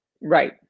Right